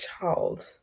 child